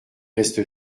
reste